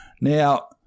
Now